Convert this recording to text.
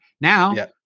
Now